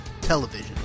Television